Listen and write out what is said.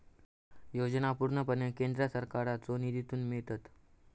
योजना पूर्णपणे केंद्र सरकारच्यो निधीतून मिळतत